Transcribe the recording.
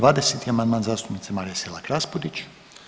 20. amandman zastupnice Marije Selak Raspudić.